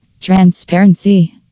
Transparency